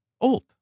old